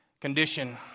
condition